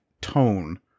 tone